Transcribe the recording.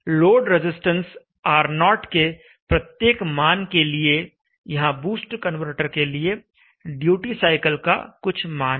load resistance R0 के प्रत्येक मान के लिए यहां बूस्ट कनवर्टर के लिए ड्यूटी साइकिल का कुछ मान है